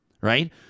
right